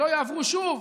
לא יעברו שוב,